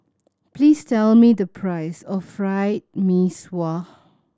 please tell me the price of Fried Mee Sua